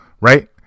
right